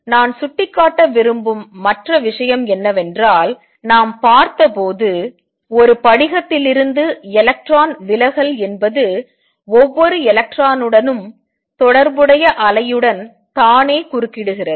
நான் சுட்டிக்காட்ட விரும்பும் மற்ற விஷயம் என்னவென்றால் நாம் பார்த்தபோது ஒரு படிகத்திலிருந்து எலக்ட்ரான் விலகல் என்பது ஒவ்வொரு எலக்ட்ரானுடனும் தொடர்புடைய அலையுடன் தானே குறுக்கிடுகிறது